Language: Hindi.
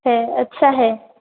है अच्छा है